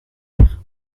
père